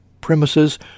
premises